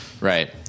right